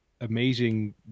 amazing